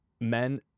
men